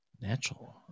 Natural